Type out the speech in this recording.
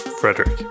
Frederick